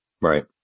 Right